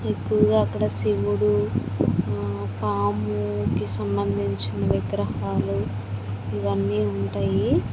ఎక్కువగా అక్కడ శివుడు ఆ పాముకి సంబందించిన విగ్రాహాలు ఇవన్నీ ఉంటాయి